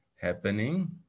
happening